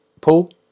Paul